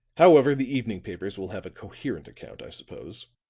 however, the evening papers will have a coherent account, i suppose.